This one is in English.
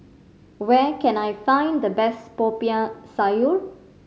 where can I find the best Popiah Sayur